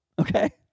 okay